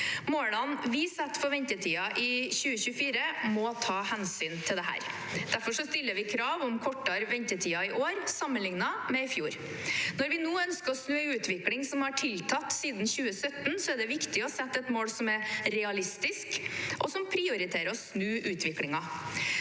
Målene vi setter for ventetider i 2024, må ta hensyn til dette. Derfor stiller vi krav om kortere ventetider i år sammenliknet med i fjor. Når vi nå ønsker å snu en utvikling som har tiltatt siden 2017, er det viktig å sette et mål som er realistisk, og som prioriterer å snu utviklingen.